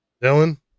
dylan